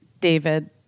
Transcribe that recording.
David